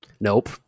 Nope